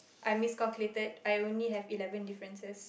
I miscalculated I only have eleven differences